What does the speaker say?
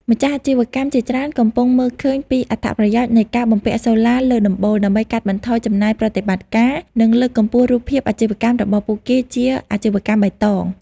ម្ចាស់អាជីវកម្មជាច្រើនកំពុងមើលឃើញពីអត្ថប្រយោជន៍នៃការបំពាក់សូឡាលើដំបូល ដើម្បីកាត់បន្ថយចំណាយប្រតិបត្តិការ និងលើកកម្ពស់រូបភាពអាជីវកម្មរបស់ពួកគេជា "អាជីវកម្មបៃតង"។